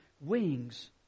wings